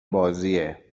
بازیه